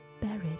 buried